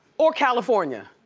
or california.